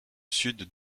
sud